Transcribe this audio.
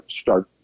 start